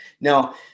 Now